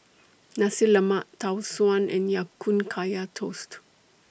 Nasi Lemak Tau Suan and Ya Kun Kaya Toast